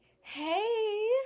hey